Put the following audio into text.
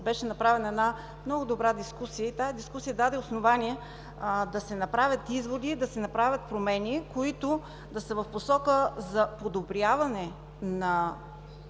беше направена една много добра дискусия по проблемите на науката. Тази дискусия даде основание да се направят изводи, да се направят промени, които да са в посока за подобряване на